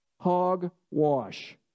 Hogwash